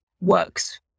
works